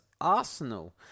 Arsenal